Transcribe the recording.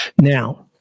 Now